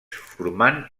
formant